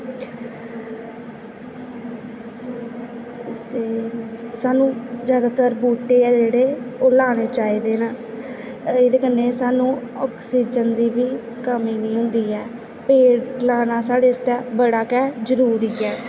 ते सानूं ज्यादातर बूहटे ऐ जेह्ड़े ओह् लाने चाहिदे न एह्दे कन्नै सानूं आक्सीजन दी बी कमी नेईं होंदी ऐ पेड़ लाना साढ़े आस्तै बड़ा गै जरूरी ऐ